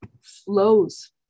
flows